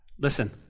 listen